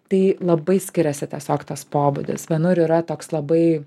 tai labai skiriasi tiesiog tas pobūdis vienur yra toks labai